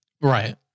Right